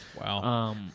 Wow